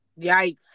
Yikes